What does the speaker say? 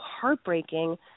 heartbreaking